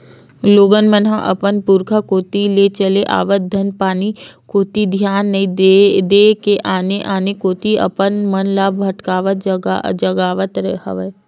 लोगन मन ह अपन पुरुखा कोती ले चले आवत धंधापानी कोती धियान नइ देय के आने आने कोती अपन मन ल भटकावत जावत हवय